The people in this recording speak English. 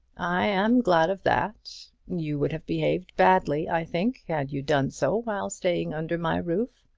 i am glad of that. you would have behaved badly, i think, had you done so while staying under my roof.